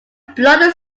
bloody